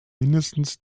mindestens